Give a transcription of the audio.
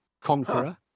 Conqueror